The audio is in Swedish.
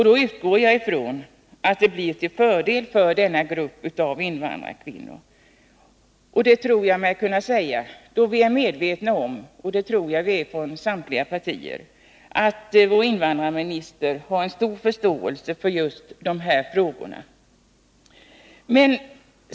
Då utgår jag också ifrån att det blir till fördel för den här gruppen invandrarkvinnor. Jag tror också att vi inom samtliga partier är medvetna om att vår invandrarminister har stor förståelse för just dessa frågor.